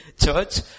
church